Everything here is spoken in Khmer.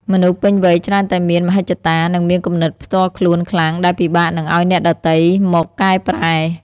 មនុស្សពេញវ័យច្រើនតែមានមហិច្ឆតា និងមានគំនិតផ្ទាល់ខ្លួនខ្លាំង ដែលពិបាកនឹងឱ្យអ្នកដទៃមកកែប្រែ។